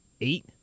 eight